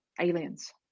aliens